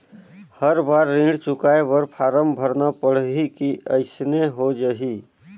हर बार ऋण चुकाय बर फारम भरना पड़ही की अइसने हो जहीं?